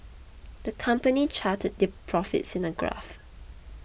the company charted their profits in a graph